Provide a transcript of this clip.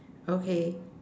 okay